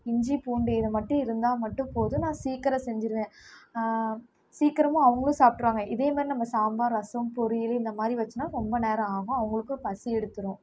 இஞ்சி பூண்டு இதை மட்டும் இருந்தால் மட்டும் போதும் நான் சீக்கரம் செஞ்சிடுவேன் சீக்கிரமும் அவங்களும் சாப்பிட்ருவாங்க இதே மாதிரி நம்ம சாம்பார் ரசம் பொரியல் இந்த மாதிரி வச்சன்னா ரொம்ப நேரம் ஆகும் அவங்களுக்கும் பசி எடுத்துடும்